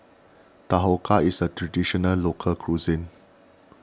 Dhokla is a Traditional Local Cuisine